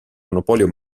monopolio